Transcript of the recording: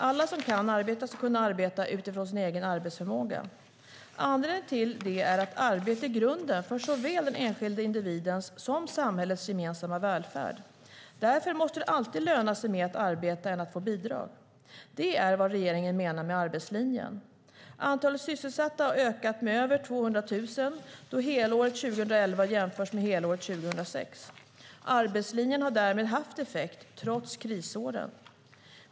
Alla som kan arbeta ska kunna arbeta utifrån sin egen arbetsförmåga. Anledningen till det är att arbete är grunden för såväl den enskilde individens som samhällets gemensamma välfärd. Därför måste det alltid löna sig mer att arbeta än att få bidrag. Det är vad regeringen menar med arbetslinjen. Antalet sysselsatta har ökat med över 200 000 då helåret 2011 jämförs med helåret 2006. Arbetslinjen har därmed haft effekt, trots krisåren.